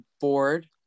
board